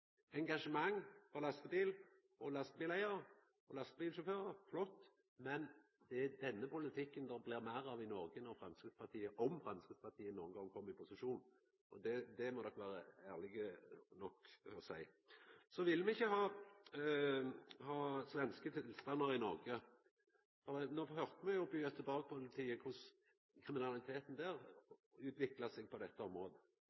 Engasjement for lastebil, lastebileigar og lastebilsjåfør er flott, men det er denne politikken det blir meir av i Noreg om Framstegspartiet nokon gong kjem i posisjon, og det må dei vera ærlege nok til å seia. Så vil me ikkje ha svenske tilstandar i Noreg. No høyrde me jo frå Gøteborg-politiet korleis kriminaliteten der utviklar seg på dette området.